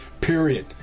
Period